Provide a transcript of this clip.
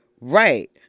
Right